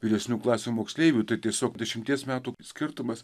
vyresnių klasių moksleivių tai tiesiog dešimties metų skirtumas